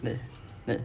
then then